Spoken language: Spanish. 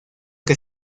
que